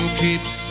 keeps